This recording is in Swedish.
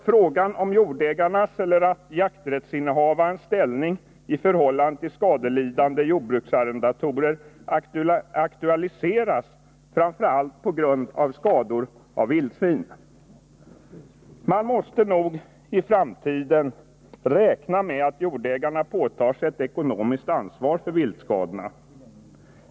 Frågan om jordägarnas/jakträttsinnehavarnas ställning i förhållande till skadelidande jordbruksarrendatorer aktualiseras framför allt på grund av skador av vildsvin. Man måste nog i framtiden räkna med att jordägarna påtar sig ett ekonomiskt ansvar för viltskadorna.